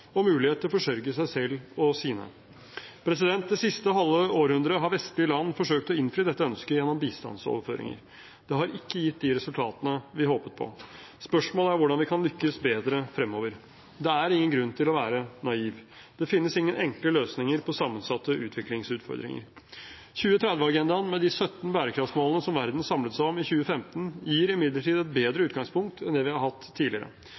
og mulighet til å forsørge seg selv og sine. Det siste halve århundret har vestlige land forsøkt å innfri dette ønsket gjennom bistandsoverføringer. Det har ikke gitt de resultatene vi håpet på. Spørsmålet er hvordan vi kan lykkes bedre fremover. Det er ingen grunn til å være naiv. Det finnes ingen enkle løsninger på sammensatte utviklingsutfordringer. 2030-agendaen, med de 17 bærekraftsmålene som verden samlet seg om i 2015, gir imidlertid et bedre utgangspunkt enn det vi har hatt tidligere.